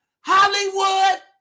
Hollywood